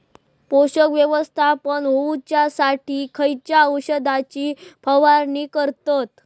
पोषक व्यवस्थापन होऊच्यासाठी खयच्या औषधाची फवारणी करतत?